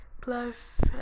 plus